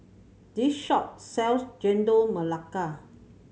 this shop sells Chendol Melaka